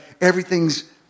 everything's